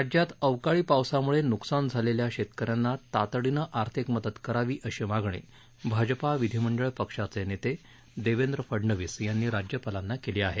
राज्यात अवकाळी पावसाम्ळे न्कसान झालेल्या शेतकऱ्यांना तातडीनं आर्थिक मदत करावी अशी मागणी भाजपा विधिमंडळ पक्षाचे नेते देवेंद्र फडनवीस यांनी राज्यपालांना केली आहे